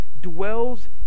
dwells